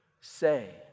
say